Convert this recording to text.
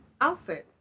outfits